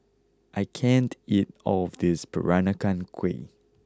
I can't eat all of this Peranakan Kueh